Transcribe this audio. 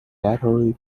battery